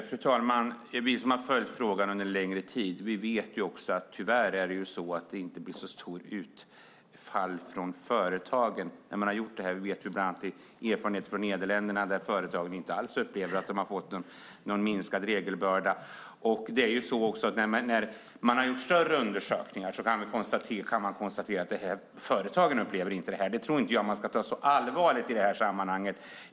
Fru talman! Vi som har följt frågan under en längre tid vet att det tyvärr inte blir så stort utfall från företagen när man har gjort det här. Vi har bland annat erfarenhet från Nederländerna, där företagen inte alls upplever att de har fått någon minskad regelbörda. När det har gjorts större undersökningar kan man konstatera att företagen inte upplever det så. Jag tror inte att man ska ta så allvarligt på detta i sammanhanget.